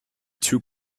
too